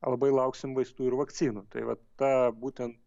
labai lauksim vaistų ir vakcinų tai va ta būtent